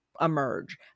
emerge